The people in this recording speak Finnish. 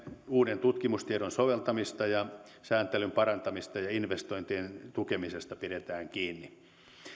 uuden tutkimustiedon soveltamisesta sääntelyn parantamisesta ja investointien tukemisesta pidetään kiinni